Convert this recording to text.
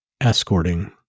escorting